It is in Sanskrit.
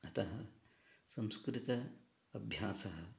अतः संस्कृतस्य अभ्यासः